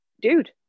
dude